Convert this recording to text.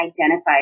identified